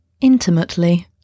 Intimately